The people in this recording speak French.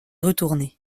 retournée